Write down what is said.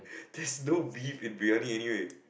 there's no beef in Briyani anyway